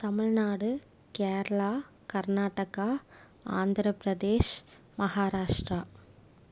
Tamil Nadu Kerala Karnataka Andhra Pradesh Maharashtra